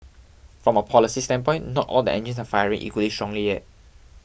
from a policy standpoint not all the engines are firing equally strongly yet